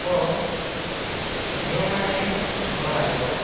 ଓ ଯେଉଁମାନେ ବିକଳାଙ୍ଗ